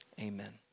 Amen